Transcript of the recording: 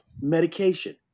medication